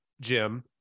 Jim